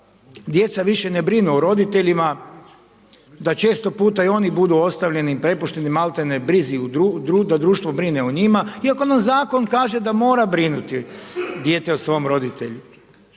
djeca više ne brinu o roditeljima, da često puta i oni budu ostavljani, prepušteni malti ne brizi da društvo brine o njima, iako nam zakon kaže da mora brinuti dijete o svom roditelju.